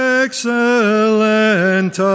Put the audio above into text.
excellent